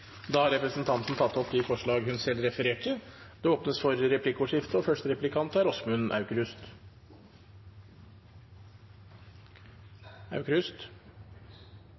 Da har representanten Sandra Borch tatt opp de forslagene hun refererte til. Det blir replikkordskifte.